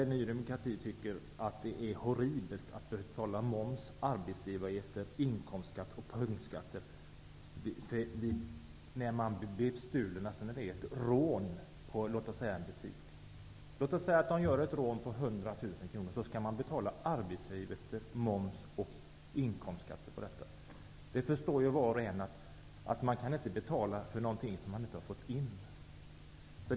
Ny demokrati tycker att det är horribelt att man skall betala moms, arbetsgivaravgifter, inkomstskatt och punktskatter när man har blivit bestulen vid ett rån i t.ex. en butik. Om någon gör ett rån på 100 000 kronor skall man ändå betala arbetsgivaravgift, moms och inkomstskatt på den summan. Var och en förstår ju att man inte kan betala för något som man inte har fått in.